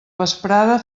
vesprada